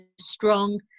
strong